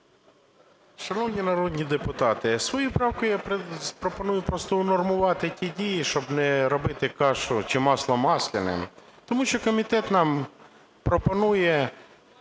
Шановні народні депутати, своєю правкою я пропоную просто унормувати ті дії, щоб не робити кашу чи масло масляним. Тому що комітет нам пропонує